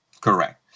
correct